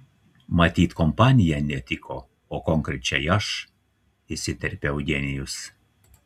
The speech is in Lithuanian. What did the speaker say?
matyt kompanija netiko o konkrečiai aš įsiterpė eugenijus